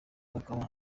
akaba